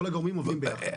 כל הגורמים עובדים ביחד.